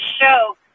show